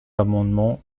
amendement